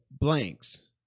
blanks